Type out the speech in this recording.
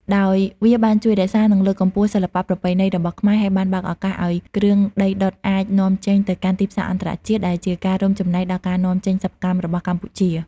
ដោយវាបានជួយរក្សា និងលើកកម្ពស់សិល្បៈប្រពៃណីរបស់ខ្មែរ ហើយបានបើកឱកាសឲ្យគ្រឿងដីដុតអាច នាំចេញទៅកាន់ទីផ្សារអន្តរជាតិ ដែលជាការរួមចំណែកដល់ការនាំចេញសិប្បកម្មរបស់កម្ពុជា។